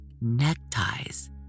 neckties